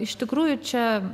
iš tikrųjų čia